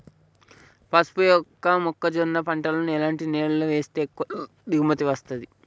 పసుపు మొక్క జొన్న పంటలను ఎలాంటి నేలలో వేస్తే ఎక్కువ దిగుమతి వస్తుంది?